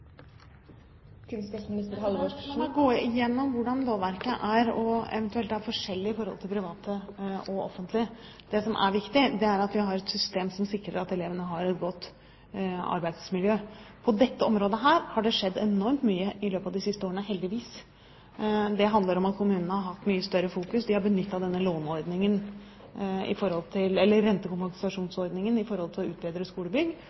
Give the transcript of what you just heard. gå igjennom og se på lovverket, eventuelt hvor det er forskjellig i forhold til private og offentlige. Det som er viktig, er at vi har et system som sikrer at elevene har et godt arbeidsmiljø. På dette området har det heldigvis skjedd enormt mye i løpet av de siste årene. Det handler om at kommunene har hatt mye større fokus. De har benyttet denne rentekompensasjonsordningen i forhold til å utbedre skolebygg,